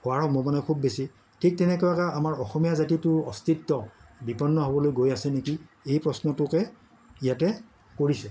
হোৱাৰ সম্ভাৱনা খুব বেছি ঠিক তেনেকুৱাকে আমাৰ অসমীয়া জাতিটো অস্তিত্ব বিপন্ন হ'বলৈ গৈ আছে নেকি এই প্ৰশ্নটোকে ইয়াতে কৰিছে